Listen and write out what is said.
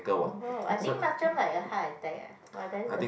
!wow! I think macam like a heart-attack eh !wah! that is